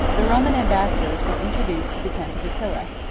the roman ambassadors were introduced to the tent of attila,